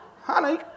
Honey